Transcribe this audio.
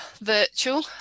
virtual